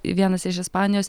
vienas iš ispanijos